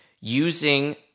using